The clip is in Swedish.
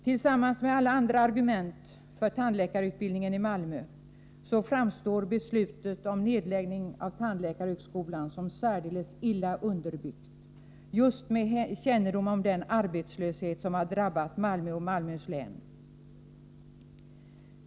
Tillsammans med alla andra argument för tandläkarutbildningen i Malmö framstår beslutet om nedläggning av tandläkarhögskolan som särdeles illa underbyggt just med kännedom om den arbetslöshet som har drabbat Malmö och Malmöhus län.